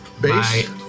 Base